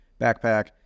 backpack